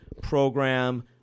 program